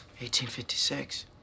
1856